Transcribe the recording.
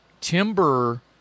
timber